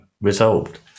resolved